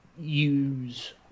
use